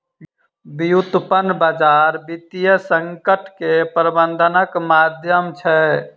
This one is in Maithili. व्युत्पन्न बजार वित्तीय संकट के प्रबंधनक माध्यम छै